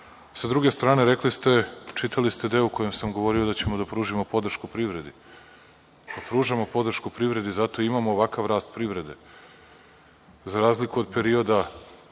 druge strane, čitali ste deo u kojem sam govorio da ćemo da pružimo podršku privredi. Pa, pružamo podršku privredi i zato imamo ovakav rast privrede. Za razliku od perioda